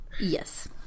Yes